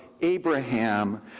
Abraham